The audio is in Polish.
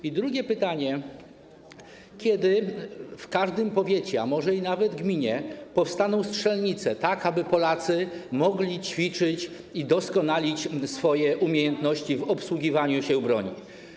I drugie pytanie: Kiedy w każdym powiecie, a może i nawet gminie, powstaną strzelnice, tak aby Polacy mogli ćwiczyć i doskonalić swoje umiejętności w posługiwaniu się bronią?